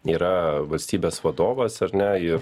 yra valstybės vadovas ar ne ir